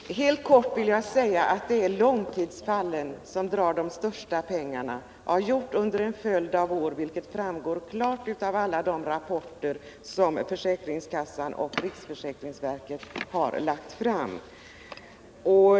Herr talman! Helt kort vill jag säga att det är långtidsfallen som tar de största pengarna och har gjort det under en följd av år, vilket framgår klart av alla de rapporter som försäkringskassan och riksförsäkringsverket har lagt fram.